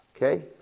Okay